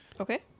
Okay